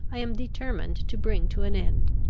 i am determined to bring to an end.